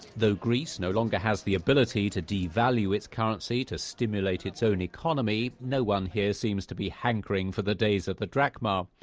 though greece no longer has the ability to devalue its currency to stimulate its own economy, no one here seems to be hankering for the days of the drachma.